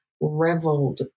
reveled